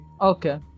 Okay